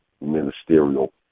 ministerial